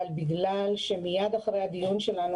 אבל בגלל שמיד אחרי הדיון שלנו,